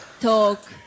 Talk